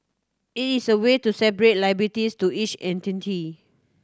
it is a way to separate liabilities to each entity